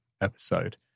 episode